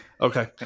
okay